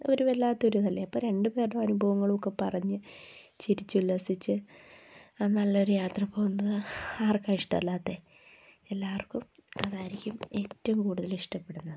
ഒരു വല്ലാത്തൊരു ഇതല്ലേ അപ്പോള് രണ്ടു പേരുടെ അനുഭവങ്ങളും ഒക്കെ പറഞ്ഞ് ചിരിച്ച് ഉല്ലസിച്ച് നല്ലൊരു യാത്ര പോകുന്നത് ആർക്കാണ് ഇഷ്ടമല്ലാത്തത് എല്ലാവർക്കും അതായിരിക്കും ഏറ്റവും കൂടുതല് ഇഷ്ടപ്പെടുന്നത്